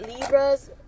Libras